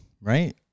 right